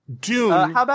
Dune